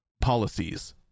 policies